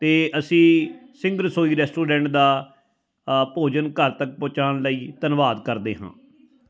ਅਤੇ ਅਸੀਂ ਸਿੰਘ ਰਸੋਈ ਰੈਸਟੋਰੈਂਟ ਦਾ ਭੋਜਨ ਘਰ ਤੱਕ ਪਹੁੰਚਾਉਣ ਲਈ ਧੰਨਵਾਦ ਕਰਦੇ ਹਾਂ